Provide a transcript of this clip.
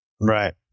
Right